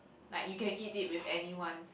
like you can eat it with anyone